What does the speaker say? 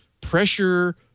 pressure